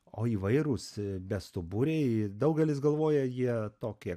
o įvairūs bestuburiai daugelis galvoja jie tokie